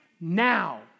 now